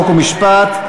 חוק ומשפט,